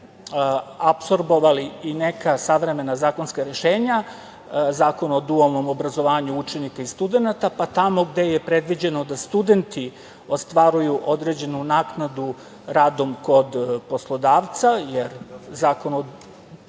apsorbovali i neka savremena zakonska rešenja, Zakon o dualnom obrazovanju učenika i studenata pa tamo gde je predviđeno da studenti ostvaruju određenu naknadu radom kod poslodavca, jer Zakon o dualnom visokom obrazovanju to predviđa, studenti